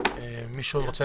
יש עוד מישהו שרוצה